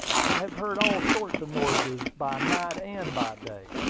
i have heard all sorts of noises by night and by day.